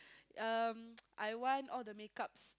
um I want all the make-ups